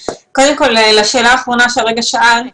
לשאלה האחרונה שכרגע שאלת,